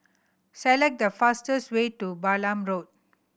select the fastest way to Balam Road